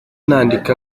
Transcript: nandika